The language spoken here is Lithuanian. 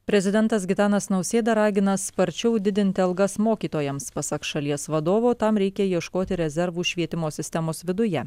prezidentas gitanas nausėda ragina sparčiau didinti algas mokytojams pasak šalies vadovo tam reikia ieškoti rezervų švietimo sistemos viduje